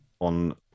on